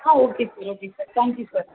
ah okay sir okay sir thank you sir